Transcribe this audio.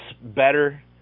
better